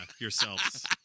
yourselves